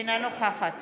אינה נוכחת